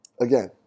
Again